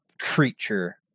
creature